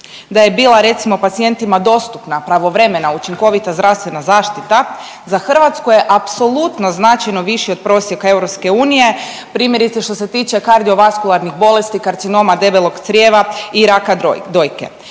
da je bila recimo pacijentima dostupna pravovremena učinkovita zdravstvena zaštita za Hrvatsku je apsolutno značajno viši od prosjeka EU primjerice što se tiče kardiovaskularnih bolesti, karcinoma debelog crijeva i raka dojke.